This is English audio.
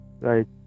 Right